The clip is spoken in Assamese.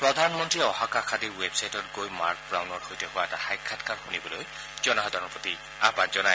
প্ৰধানমন্ত্ৰীয়ে ওহাকা খাদীৰ ৱেবছাইটত গৈ মাৰ্ক ৱাউনৰ সৈতে হোৱা এটা সাক্ষাৎকাৰ শুনিবলৈ জনসাধাৰণৰ প্ৰতি আহান জনায়